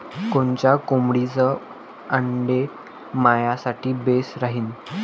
कोनच्या कोंबडीचं आंडे मायासाठी बेस राहीन?